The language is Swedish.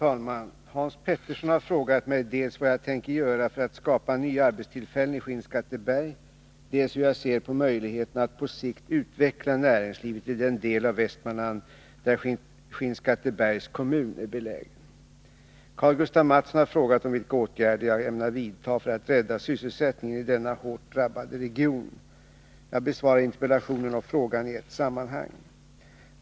Herr talman! Hans Petersson i Hallstahammar har frågat mig dels vad jag tänker göra för att skapa nya arbetstillfällen i Skinnskatteberg, dels hur jag ser på möjligheterna att på sikt utveckla näringslivet i den del av Västmanland där Skinnskattebergs kommun är belägen. Karl-Gustaf Mathsson har frågat vilka åtgärder jag ämnar vidtaga för att rädda sysselsättningen i denna hårt drabbade region. Jag besvarar interpellationen och frågan i ett sammanhang.